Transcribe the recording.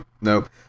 nope